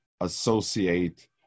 associate